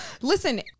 Listen